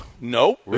No